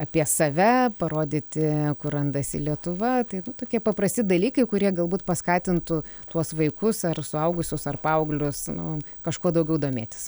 apie save parodyti kur randasi lietuva tai nu tokie paprasti dalykai kurie galbūt paskatintų tuos vaikus ar suaugusius ar paauglius nu kažko daugiau domėtis